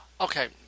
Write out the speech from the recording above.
Okay